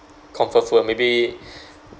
comfort food maybe